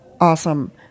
awesome